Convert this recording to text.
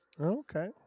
Okay